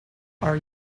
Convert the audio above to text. are